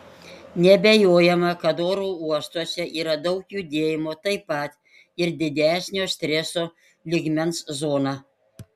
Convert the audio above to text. neabejojama kad oro uostuose yra daug judėjimo taip pat ir didesnio streso lygmens zona